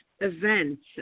events